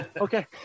Okay